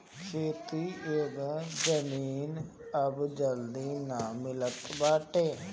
खेती योग्य जमीन अब जल्दी ना मिलत बाटे